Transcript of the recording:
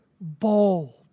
bold